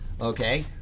okay